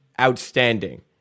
outstanding